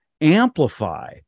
amplify